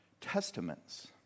testaments